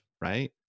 right